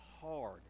hard